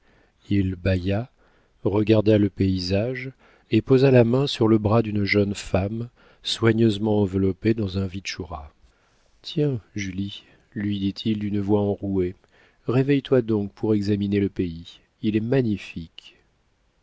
il bâilla regarda le paysage et posa la main sur le bras d'une jeune femme soigneusement enveloppée dans un vitchoura tiens julie lui dit-il d'une voix enrouée réveille-toi donc pour examiner le pays il est magnifique